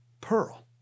pearl